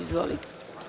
Izvolite.